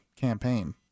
campaign